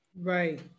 Right